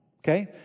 Okay